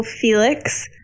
Felix